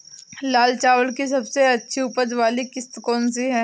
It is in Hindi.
लाल चावल की सबसे अच्छी उपज वाली किश्त कौन सी है?